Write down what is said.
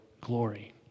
glory